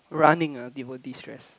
running ah it will destress